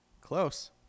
close